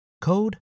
code